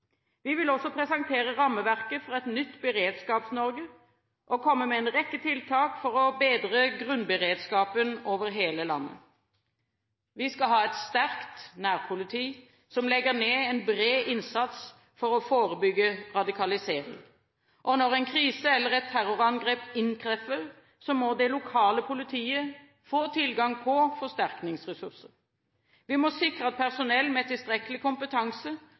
Vi vil også presentere rammeverket for et nytt Beredskaps-Norge og komme med en rekke tiltak for å forbedre grunnberedskapen over hele landet. Vi skal ha et sterkt nærpoliti som legger ned en bred innsats for å forebygge radikalisering. Når en krise eller et terrorangrep inntreffer, må det lokale politiet få tilgang på forsterkningsressurser. Vi må sikre at personell med tilstrekkelig kompetanse